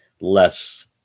less